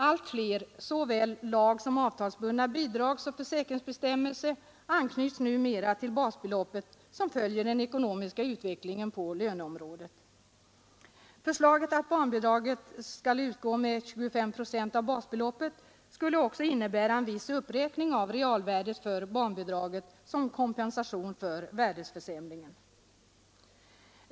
Allt fler såväl lagsom avtalsbundna bidragsoch försäkringsbestämmelser anknyts numera till basbeloppet, som följer den ekonomiska utvecklingen på löneområdet. Förslaget att barnbidraget skall utgå med 25 procent av basbeloppet skulle också innebära en viss uppräkning av realvärdet för barnbidraget som kompensation för värdeförsämringen.